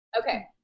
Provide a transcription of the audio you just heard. okay